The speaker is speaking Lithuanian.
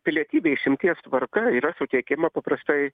pilietybė išimties tvarka yra suteikiama paprastai